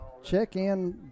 Check-in